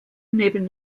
neben